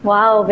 Wow